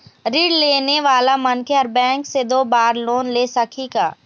ऋण लेने वाला मनखे हर बैंक से दो बार लोन ले सकही का?